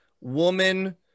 woman